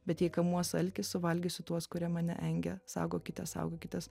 bet jei kamuos alkis suvalgysiu tuos kurie mane engia saugokitės saugokitės